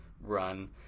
run